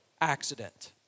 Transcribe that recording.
accident